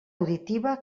auditiva